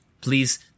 Please